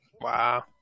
Wow